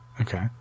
Okay